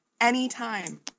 anytime